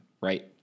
right